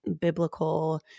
biblical